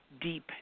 deep